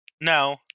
No